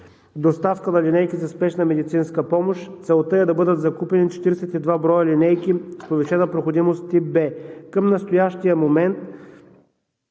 „Доставка на линейки за спешна медицинска помощ“. Целта е да бъдат закупени 42 брой линейки с повишена проходимост – тип В. Към настоящия момент